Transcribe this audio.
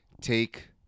take